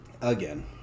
Again